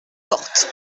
porte